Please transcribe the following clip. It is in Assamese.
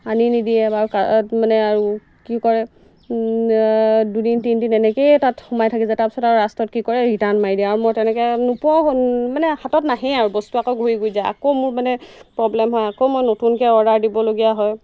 আনি নিদিয়ে বাৰু মানে আৰু কি কৰে দুদিন তিনি দিন এনেকেই তাত সোমাই থাকি যায় তাৰপিছত আৰু লাষ্টত কি কৰে ৰিটাৰ্ণ মাৰি দিয়ে আৰু মই তেনেকৈ নোপোৱাও মানে হাতত নাহেই আৰু বস্তু আকৌ ঘূৰি গুৰি যায় আকৌ মোৰ মানে প্ৰব্লেম হয় আকৌ মই নতুনকৈ অৰ্ডাৰ দিবলগীয়া হয়